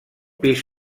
pis